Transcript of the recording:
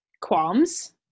qualms